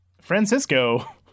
Francisco